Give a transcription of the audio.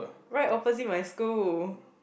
right opposite my school